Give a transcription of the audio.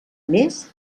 més